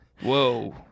Whoa